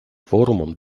форумом